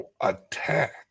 attack